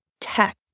tech